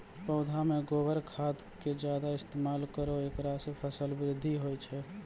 पौधा मे गोबर खाद के ज्यादा इस्तेमाल करौ ऐकरा से फसल बृद्धि होय छै?